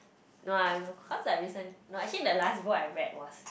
no lah no cause I recent no actually the last book I read was